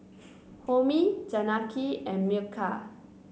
Homi Janaki and Milkha